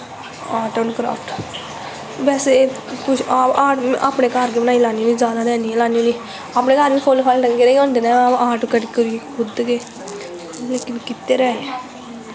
art and craft बैसे कुश art अपनें घर बी बनाई लैन्नी होनी जादा ते नी लान्नी होनी अपनें घर बी फुल्ल फल्ल ढंगे दे गै होंदे नै आर्ट करी करी खुध गै लेकिन कीते दा ऐ